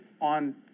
on